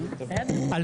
בוקר טוב לכולם,